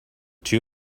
two